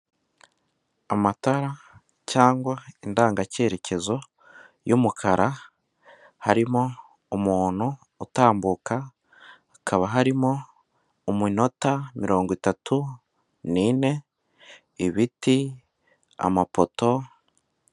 Amatara, cyangwa indangacyeyerekezo, y'umukara, harimo, umuntu, utambuka. Hakaba harimo, umunota mirongo itatu, nine, ibiti, amapoto.